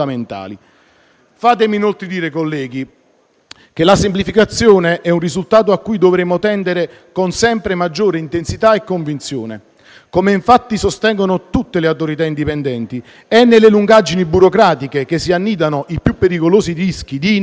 Fatemi inoltre dire, colleghi, che la semplificazione è un risultato cui dovremmo tendere con sempre maggiore intensità e convinzione. Come infatti sostengono tutte le Autorità indipendenti, è nelle lungaggini burocratiche che si annidano i più pericolosi rischi di inefficienze,